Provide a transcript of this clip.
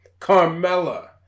Carmella